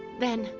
then,